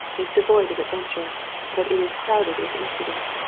is devoid of adventure but it is crowded with incident.